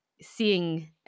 seeing